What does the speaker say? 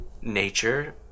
nature